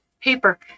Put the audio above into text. paper